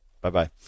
Bye-bye